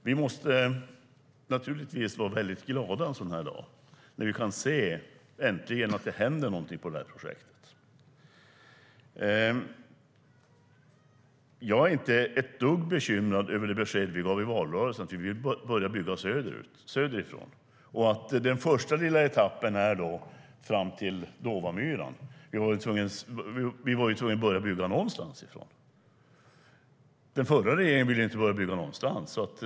Vi måste naturligtvis vara väldigt glada en sådan här dag när vi äntligen kan se att det händer någonting med det här projektet. Jag är inte ett dugg bekymrad över det besked vi gav i valrörelsen, att vi vill börja bygga söderifrån. Den första lilla etappen är fram till Dåvamyran. Vi är ju tvungna att börja bygga någonstans. Den förra regeringen ville inte börja bygga någonstans.